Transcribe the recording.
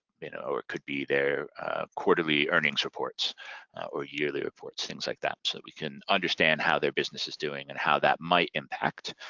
you know or it could be their quarterly earnings reports or yearly reports, things like that. so that we can understand how their business is doing and how that might impact